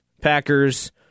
Packers